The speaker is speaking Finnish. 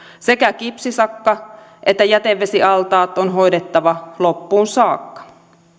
sekä kipsisakka että jätevesialtaat on hoidettava loppuun saakka